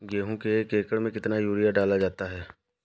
गेहूँ के एक एकड़ में कितना यूरिया डाला जाता है?